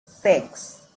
six